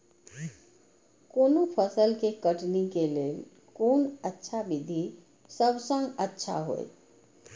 कोनो फसल के कटनी के लेल कोन अच्छा विधि सबसँ अच्छा होयत?